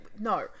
no